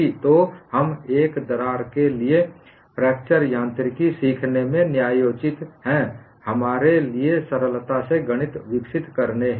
तो हम एक दरार के लिए फ्रैक्चर यांत्रिकी सीखने में न्यायोचित हैं हमारे लिए सरलता से गणित विकसित करने हेतु